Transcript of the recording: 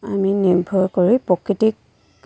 আমি নিৰ্ভৰ কৰি প্ৰকৃতিক